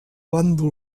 bàndol